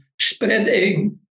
spreading